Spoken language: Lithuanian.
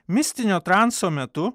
mistinio transo metu